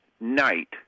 night